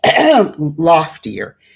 loftier